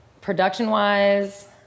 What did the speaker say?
production-wise